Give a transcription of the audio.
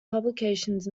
publications